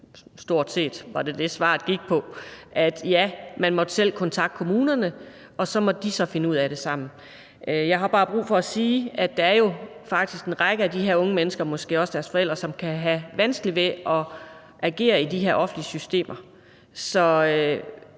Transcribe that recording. stort set det, svaret gik på, altså at man selv måtte kontakte kommunerne, og så måtte de finde ud af det sammen. Jeg har bare brug for at sige, at der jo faktisk er en række af de her unge mennesker, måske også deres forældre, som kan have vanskeligt ved at agere i de her offentlige systemer. Så